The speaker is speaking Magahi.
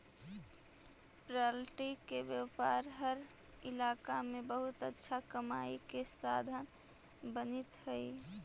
पॉल्ट्री के व्यापार हर इलाका में बहुत अच्छा कमाई के साधन बनित हइ